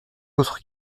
autres